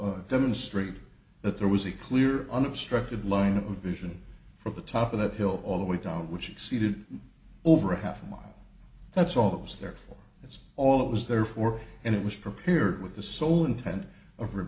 to demonstrate that there was a clear unobstructed line of vision for the top of that hill all the way down which exceeded over a half a mile that's all it was there for that's all it was there for and it was prepared with the sole intent